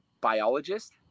biologist